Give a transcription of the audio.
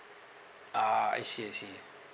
ah I see I see